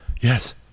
Yes